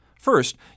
First